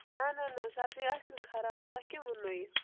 نہَ نہَ نہَ سبزی آسہِ نہَ خراب تۅہہِ کٔمۍ ووٚننَو یہِ